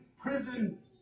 prison